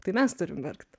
tai mes turim verkt